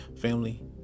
Family